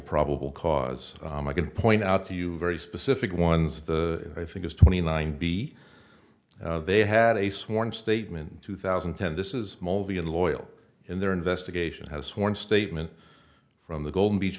probable cause i can point out to you very specific ones the i think is twenty nine b they had a sworn statement two thousand and ten this is loyal in their investigation have sworn statement from the gold beach